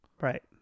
Right